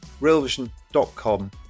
realvision.com